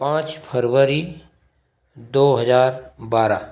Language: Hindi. पाँच फरवरी दो हजार बारह